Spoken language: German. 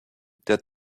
der